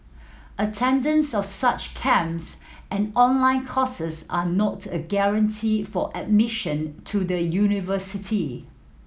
attendance of such camps and online courses are not a guarantee for admission to the university